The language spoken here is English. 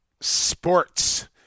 sports